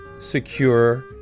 secure